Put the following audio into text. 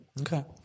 Okay